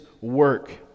work